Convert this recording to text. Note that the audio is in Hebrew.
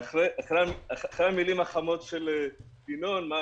אחרי המילים החמות של ינון אזולאי,